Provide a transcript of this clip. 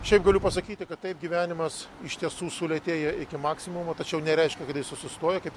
šiaip galiu pasakyti kad taip gyvenimas iš tiesų sulėtėja iki maksimumo tačiau nereiškia kad jis sustoja kaip